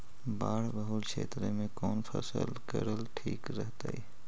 बाढ़ बहुल क्षेत्र में कौन फसल करल ठीक रहतइ?